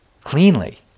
cleanly